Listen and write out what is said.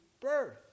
birth